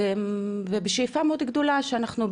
ובשאיפה מאוד גדולה שאנחנו,